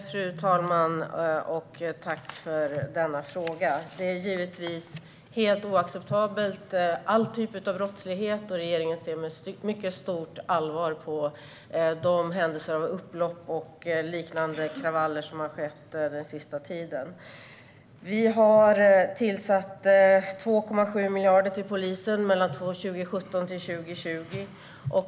Fru talman! Jag vill tacka för denna fråga. All brottslighet är givetvis helt oacceptabel. Regeringen ser med mycket stort allvar på de upplopp, kravaller och liknande händelser som har skett den senaste tiden. Vi har tillfört 2,7 miljarder till polisen mellan 2017 och 2020.